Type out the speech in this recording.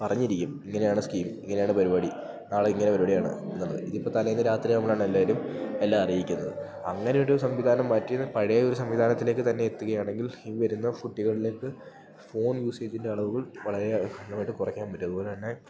പറഞ്ഞിരിക്കും ഇങ്ങനെയാണ് സ്കീം ഇങ്ങനെയാണ് പരിപാടി നാളെ ഇങ്ങനെ പരിപാടിയാണ് എന്നത് ഇപ്പൊ തലേന്ന് രാത്രി നമ്മളാണ് എല്ലാരും എല്ലാം അറിയിക്കുന്നത് അങ്ങനെയൊരു സംവിധാനം മാറ്റിയൊരു പഴയൊരു സംവിധാനത്തിലേക്ക് തന്നെ എത്തുകയാണെങ്കിൽ ഈ വരുന്ന കുട്ടികളിലേക്ക് ഫോൺ യൂസേജിൻ്റെ അളവുകൾ വളരെ ഗണമായിട്ട് കൊറക്കാൻ പറ്റും അതുപോല തന്നെ